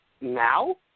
now